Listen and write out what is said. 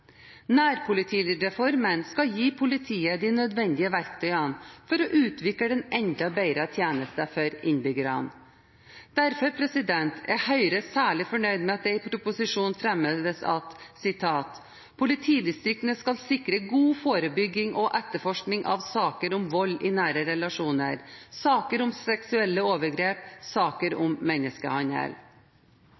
Nærpolitireformen skal gi politiet de nødvendige verktøyene for å utvikle en enda bedre tjeneste for innbyggerne. Derfor er Høyre særlig fornøyd med at det i proposisjonen framheves at: «Politidistriktene skal sikre god forebygging og etterforskning av saker om vold i nære relasjoner, saker om seksuelle overgrep, saker om menneskehandel.»